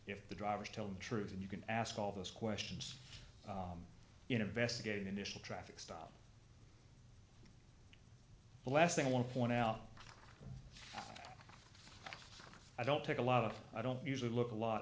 if the drivers tell the truth and you can ask all those questions investigating initial traffic stop the last thing i want to point out i don't take a lot of i don't usually look a lot